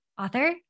author